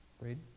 Read